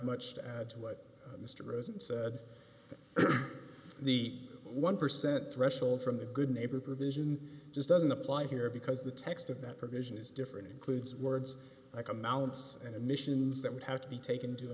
much to add to what mr rosen said the one percent threshold from the good neighbor provision just doesn't apply here because the text of that provision is different includes words like amounts and emissions that would have to be taken into